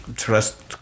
trust